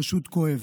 פשוט כואב.